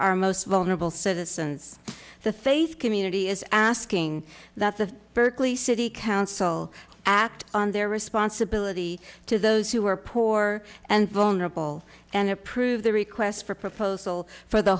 our most vulnerable citizens the faith community is asking that the berkeley city council act on their responsibility to those who are poor and vulnerable and approve the request for proposal for the